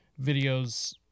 videos